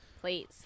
please